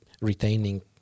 retaining